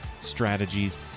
strategies